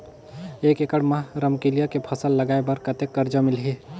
एक एकड़ मा रमकेलिया के फसल लगाय बार कतेक कर्जा मिलही?